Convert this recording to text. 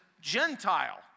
Gentile